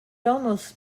almost